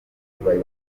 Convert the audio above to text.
utubari